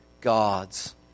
God's